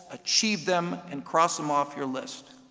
achieve them, and cross them off your list.